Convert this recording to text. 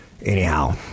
Anyhow